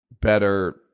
better